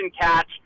catch